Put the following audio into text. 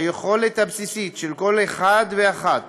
היכולת הבסיסית של כל אחד ואחת